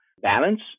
balance